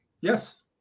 Yes